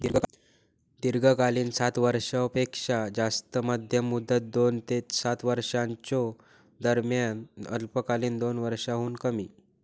दीर्घकालीन सात वर्षांपेक्षो जास्त, मध्यम मुदत दोन ते सात वर्षांच्यो दरम्यान, अल्पकालीन दोन वर्षांहुन कमी